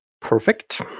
perfect